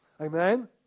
Amen